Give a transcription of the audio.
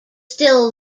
still